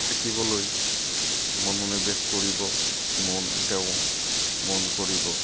থাকিবলৈ মনোনিৱেশ কৰিব মন তেওঁ মন কৰিব